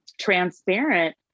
transparent